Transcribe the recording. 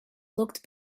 looked